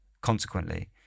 Consequently